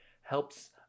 helps